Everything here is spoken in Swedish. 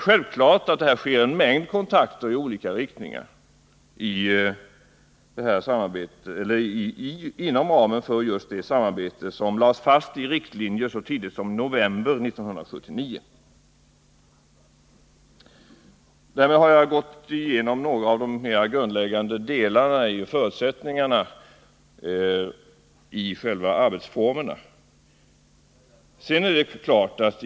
Självfallet sker en mängd kontakter i olika riktningar inom ramen för det här samarbetet och enligt de riktlinjer för detta som lades fast så tidigt som i november 1979. Jag har härmed gått igenom något av de grundläggande förutsättningarna när det gäller själva arbetsformerna för avtalsrörelsen.